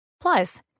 Plus